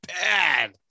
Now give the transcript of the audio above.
bad